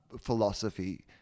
philosophy